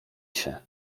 się